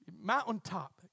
Mountaintop